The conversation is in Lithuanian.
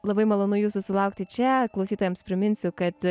labai malonu jūsų sulaukti čia klausytojams priminsiu kad